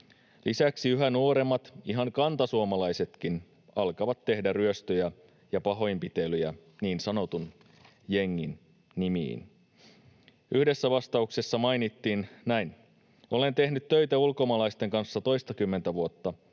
Lisäksi yhä nuoremmat, ihan kantasuomalaisetkin, alkavat tehdä ryöstöjä ja pahoinpitelyjä niin sanotun jengin nimiin.” Yhdessä vastauksessa mainittiin näin: ”Olen tehnyt töitä ulkomaalaisten kanssa toistakymmentä vuotta.